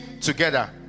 together